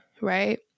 right